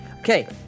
Okay